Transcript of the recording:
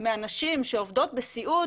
מהנשים שעובדות בסיעוד,